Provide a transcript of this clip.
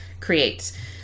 create